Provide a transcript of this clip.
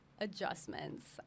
adjustments